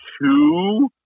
two